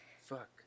Fuck